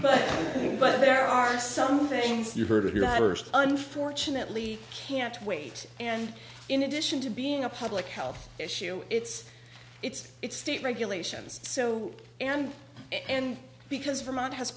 but but there are some things you've heard of the latter unfortunately can't wait and in addition to being a public health issue it's it's it's state regulations so and and because from out has